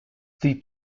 the